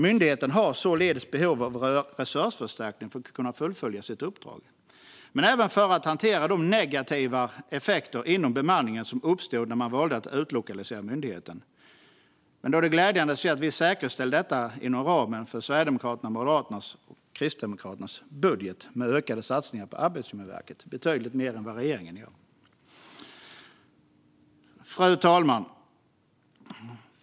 Myndigheten har således behov av resursförstärkning för att kunna fullfölja sitt uppdrag men även för att kunna hantera de negativa effekter inom bemanningen som uppstod när man valde att utlokalisera myndigheten. Det gläder mig att säga att vi säkerställer detta inom ramen för Sverigedemokraternas, Moderaternas och Kristdemokraternas budget med ökade satsningar på Arbetsmiljöverket. Det är betydligt mer än regeringen gör. Fru talman!